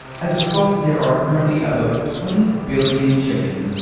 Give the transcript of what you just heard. as a result, there are currently about twenty billion chickens,